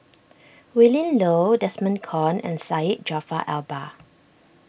Willin Low Desmond Kon and Syed Jaafar Albar